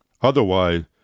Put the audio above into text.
Otherwise